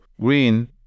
green